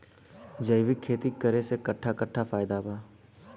जैविक खेती करे से कट्ठा कट्ठा फायदा बा?